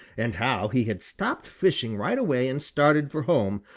and how he had stopped fishing right away and started for home,